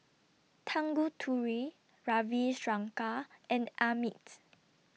Tanguturi Ravi Shankar and Amit